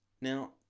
Now